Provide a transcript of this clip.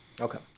Okay